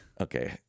Okay